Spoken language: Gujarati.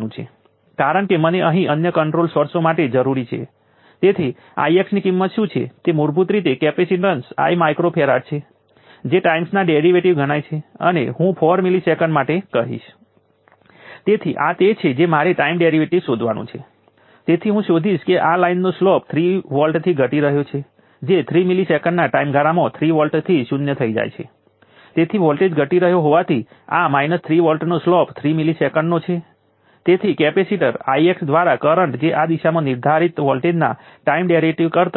ઓછી છે પરંતુ તે d1 હોઈ શકે છે જેમ મેં અહીં એ પણ બતાવ્યું છે અને અન્ય કારણ પણ મેં દર્શાવ્યું છે કે મને લાગે છે કે ઘણા વિદ્યાર્થીઓ વેવફોર્મ સ્વરૂપ દોરવામાં અથવા તેની વપરાયેલી રકમ દોરવામાં અનુકૂળ નથી પરંતુ મને ઇન્ડિવિડ્યુઅલ રીતે લાગે છે કે ડ્રોઇંગ વેવફોર્મ સર્કિટ ઉપર આંતરપ્રેરણા મેળવવા માટે વેવફોર્મ ખૂબ જ સારા છે